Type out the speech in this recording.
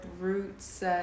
roots